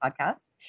podcast